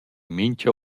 mincha